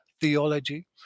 theology